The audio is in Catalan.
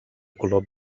color